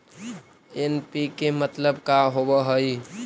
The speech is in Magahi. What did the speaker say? एन.पी.के मतलब का होव हइ?